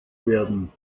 werden